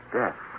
death